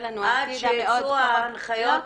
לנו העתיד --- עד שייצאו ההנחיות,